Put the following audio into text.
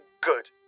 good